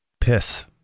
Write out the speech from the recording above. Piss